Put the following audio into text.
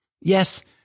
Yes